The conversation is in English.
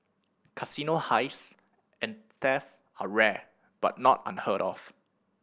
casino heists and theft are rare but not unheard of